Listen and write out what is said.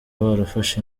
barafashe